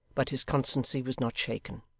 but his constancy was not shaken.